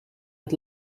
het